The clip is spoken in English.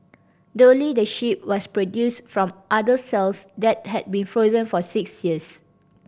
Dolly the sheep was produced from udder cells that had been frozen for six years